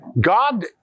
God